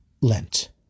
Lent